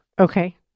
Okay